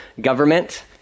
government